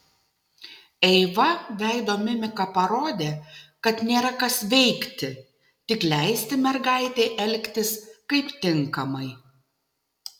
eiva veido mimika parodė kad nėra kas veikti tik leisti mergaitei elgtis kaip tinkamai